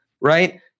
right